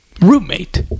roommate